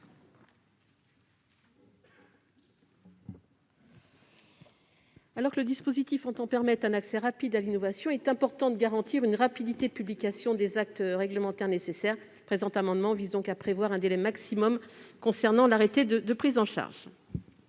Alors que le dispositif tend à permettre un accès rapide à l'innovation, il est important de garantir une rapidité de publication des actes réglementaires nécessaires. Le présent amendement vise donc à prévoir un délai maximum concernant l'arrêté de prise en charge.